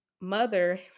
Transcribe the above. mother